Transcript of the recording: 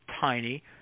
tiny